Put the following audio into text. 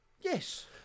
Yes